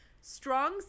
Strong